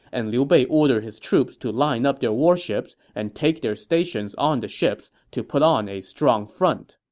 and liu bei ordered his troops to line up their warships and take their station on the ships to put on a strong front